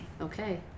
Okay